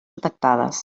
detectades